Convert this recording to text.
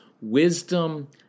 wisdom